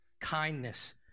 kindness